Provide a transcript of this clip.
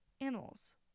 Animals